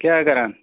کیٛاہ کَران